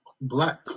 black